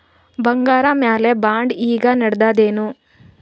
ಬಂಗಾರ ಮ್ಯಾಲ ಬಾಂಡ್ ಈಗ ನಡದದೇನು?